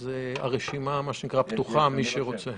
אז הרשימה, מה שנקרא, פתוחה למי שרוצה.